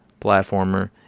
platformer